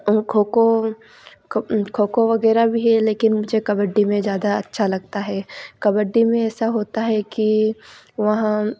और खो खो खो खो वगैरह भी है लेकिन मुझे कबड्डी में ज़्यादा अच्छा लगता है कबड्डी में ऐसा होता है कि वहाँ